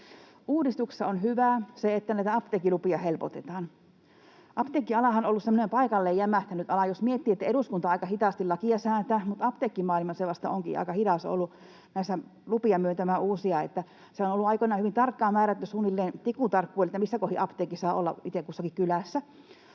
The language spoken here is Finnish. Uudistuksessa on hyvää se, että näitä apteekkilupia helpotetaan. Apteekkialahan on ollut semmoinen paikalleen jämähtänyt ala. Jos miettii, niin eduskunta säätää aika hitaasti lakeja, mutta apteekkimaailma se vasta onkin ollut aika hidas myöntämään näitä uusia lupia. Se on ollut aikoinaan hyvin tarkkaan määrätty, suunnilleen tikun tarkkuudella, missä kohdin apteekki saa olla itse kussakin kylässä.